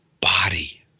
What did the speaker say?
body